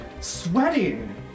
sweating